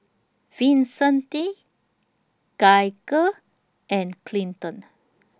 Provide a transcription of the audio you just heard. Vicente Gaige and Clinton